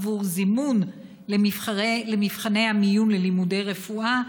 עבור זימון למבחני המיון ללימודי רפואה,